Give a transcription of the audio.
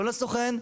לא לסוכן,